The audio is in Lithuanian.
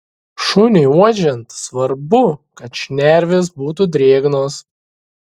šuniui uodžiant svarbu kad šnervės būtų drėgnos